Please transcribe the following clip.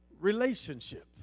relationship